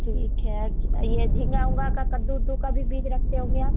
ठीक है ये झींगा ओंगा का कद्दू ओद्दू का भी बीज रखते होंगे आप